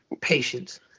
patience